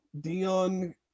Dion